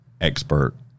expert